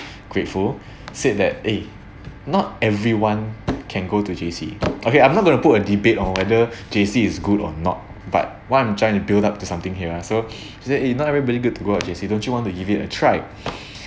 grateful said that eh not everyone can go to J_C okay I'm not going to put a debate on whether J_C is good or not but what I'm trying to build up to something here so I said eh not everybody good to go a J_C don't you want to give it a try